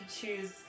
choose